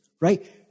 right